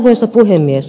arvoisa puhemies